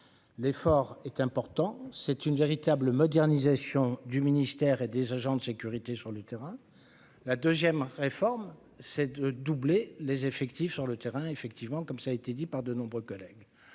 l'effort est important, c'est une véritable modernisation du ministère et des agents de sécurité sur le terrain, la 2ème réforme c'est de doubler les effectifs sur le terrain, effectivement, comme ça a été dit par de nombreux collègues,